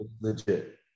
legit